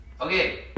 Okay